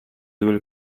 will